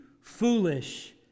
foolish